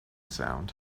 sound